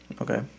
Okay